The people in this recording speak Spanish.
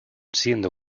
siendo